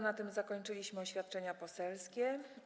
Na tym zakończyliśmy oświadczenia poselskie.